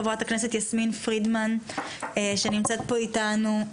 חברת הכנסת יסמין פרידמן שנמצאת פה איתנו,